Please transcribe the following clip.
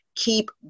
Keep